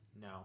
No